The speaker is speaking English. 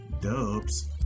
dubs